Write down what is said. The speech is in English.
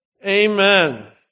Amen